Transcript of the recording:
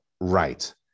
right